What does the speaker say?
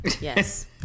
Yes